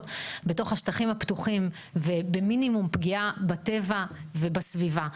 בתוך השטחים הפתוחים ובמינימום פגיעה בטבע ובסביבה.